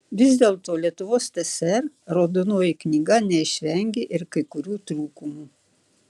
vis dėlto lietuvos tsr raudonoji knyga neišvengė ir kai kurių trūkumų